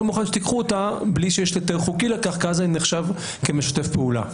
לא מוכן שייקחו אותה בלי שיש היתר חוקי לכך כי אז הוא נחשב כמשתף פעולה.